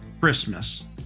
Christmas